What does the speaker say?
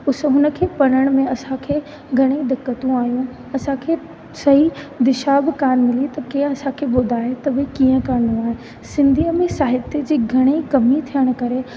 उस हुन खे पढ़ण में असांखे घणेई दिक़तूं आहियूं असांखे सही दिशा बि कोन मिली त केरु असांखे ॿुधाए की कीअं करिणो आहे सिंधीअ में साहित्य जी घणेई कमी थियण करे